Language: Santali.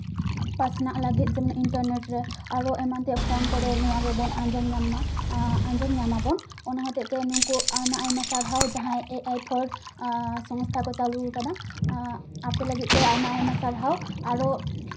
ᱯᱟᱥᱱᱟᱜ ᱞᱟᱹᱜᱤᱫ ᱡᱮᱢᱚᱱ ᱤᱱᱴᱟᱨᱱᱮᱴ ᱨᱮ ᱟᱨᱚ ᱮᱢᱟᱢ ᱛᱮᱭᱟᱜ ᱯᱷᱳᱱ ᱠᱚᱨᱮ ᱱᱚᱣᱟ ᱜᱮᱵᱚᱱ ᱟᱸᱡᱚᱢ ᱧᱟᱢ ᱢᱟ ᱟᱸᱡᱚᱢ ᱧᱟᱢ ᱟᱵᱚᱱ ᱚᱱᱟ ᱦᱚᱛᱮᱡᱛᱮ ᱱᱩᱠᱩ ᱟᱭᱢᱟ ᱟᱭᱢᱟ ᱥᱟᱨᱦᱟᱣ ᱡᱟᱦᱟᱸᱭ ᱮᱹ ᱟᱭ ᱯᱷᱳᱨ ᱥᱚᱝᱥᱛᱷᱟ ᱠᱚ ᱪᱟᱹᱞᱩ ᱠᱟᱫᱟ ᱟᱯᱮ ᱞᱟᱹᱜᱤᱫ ᱛᱮ ᱟᱭᱢᱟ ᱟᱭᱢᱟ ᱥᱟᱨᱦᱟᱣ ᱟᱨᱚ